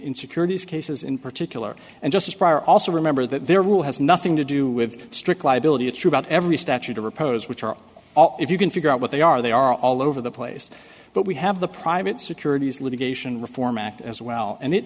in securities cases in particular and just prior also remember that there will has nothing to do with strict liability true about every statute to repose which are if you can figure out what they are they are all over the place but we have the private securities litigation reform act as well and it